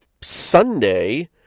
Sunday